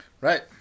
Right